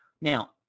now